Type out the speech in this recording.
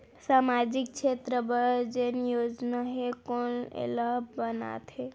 सामाजिक क्षेत्र बर जेन योजना हे कोन एला बनाथे?